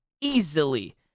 easily